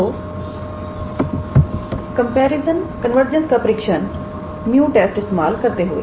तो कन्वर्जेंस का परीक्षण 𝜇 टेस्ट𝜇 test इस्तेमाल करते हुए